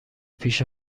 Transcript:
پیش